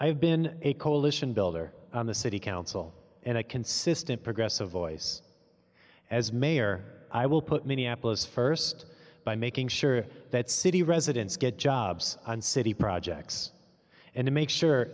i've been a coalition builder on the city council and a consistent progressive voice as mayor i will put minneapolis first by making sure that city residents get jobs on city projects and make sure